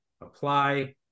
apply